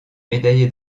médaillé